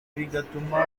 bigatuma